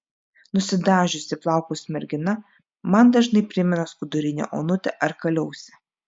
nusidažiusi plaukus mergina man dažnai primena skudurinę onutę ar kaliausę